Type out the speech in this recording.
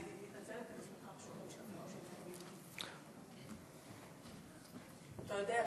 אתה יודע,